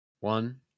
One